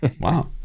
Wow